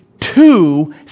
two